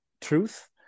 truth